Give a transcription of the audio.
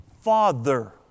Father